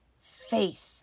faith